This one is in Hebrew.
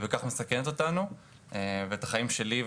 ובכך מסכנת אותנו ואת החיים שלי,